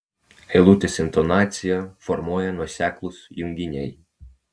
eilutės intonaciją formuoja nuoseklūs junginiai